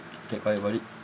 you kept quiet about it